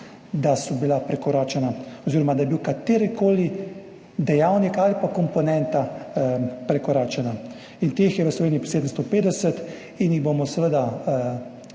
da so bila prekoračena oziroma da je bil katerikoli dejavnik ali komponenta prekoračena. Teh je v Sloveniji 750 in jih bomo seveda